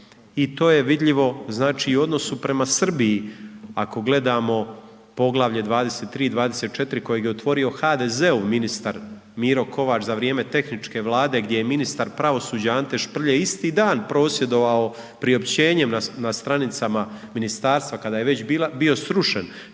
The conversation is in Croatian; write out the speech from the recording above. i to je vidljivo, znači, i u odnosu prema Srbiji ako gledamo poglavlje 23. i 24. kojeg je otvorio HDZ-ov ministar Miro Kovač za vrijeme tehničke Vlade gdje je ministar pravosuđa Ante Šprlje isti dan prosvjedovao priopćenjem na stranicama ministarstva kada je već bio srušen